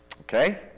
Okay